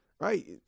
right